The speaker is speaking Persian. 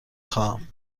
خواهم